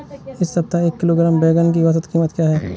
इस सप्ताह में एक किलोग्राम बैंगन की औसत क़ीमत क्या है?